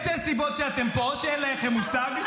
יש שתי סיבות לכך שאתם פה: או שאין לכם מושג,